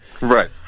Right